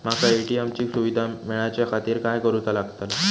माका ए.टी.एम ची सुविधा मेलाच्याखातिर काय करूचा लागतला?